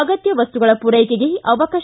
ಅಗತ್ಯ ವಸ್ತುಗಳ ಮೂರೈಕೆಗೆ ಅವಕಾಶ